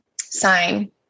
sign